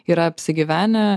yra apsigyvenę